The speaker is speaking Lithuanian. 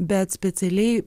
bet specialiai